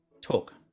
Talk